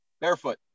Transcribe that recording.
barefoot